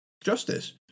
justice